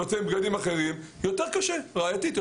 זה יותר קשה ראייתית.